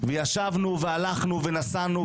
וישבנו והלכנו ונסענו,